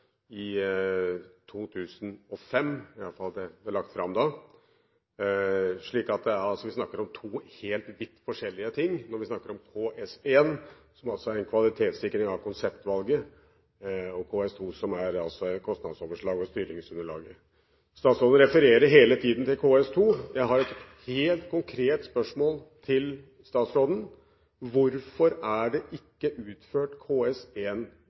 i 2005 – i alle fall ble det lagt fram da. Så vi snakker om to vidt forskjellige ting når vi snakker om KS1 – som er en kvalitetssikring av konseptvalget – og KS2, som altså er et kostnadsoverslag og styringsunderlaget. Statsråden refererer hele tiden til KS2. Jeg har et helt konkret spørsmål til statsråden: Hvorfor er det ikke utført